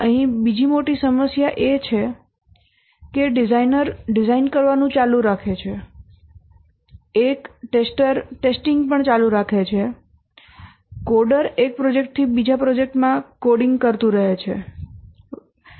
અહીં બીજી મોટી સમસ્યા એ છે કે ડિઝાઇનર ડિઝાઇન કરવાનું ચાલુ રાખે છે એક ટેસ્ટર પરીક્ષણ ચાલુ રાખે છે કોડર એક પ્રોજેક્ટ થી બીજા પ્રોજેક્ટમાં કોડિંગ કરતું રહે છે વગેરે